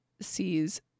sees